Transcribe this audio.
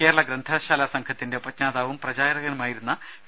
കേരള ഗ്രന്ഥശാലാ സംഘത്തിന്റെ ഉപജ്ഞാതാവും പ്രചാരകനുമായിരുന്ന പി